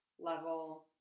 level